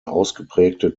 ausgeprägte